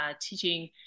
teaching